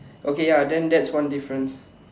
okay ya then that's one difference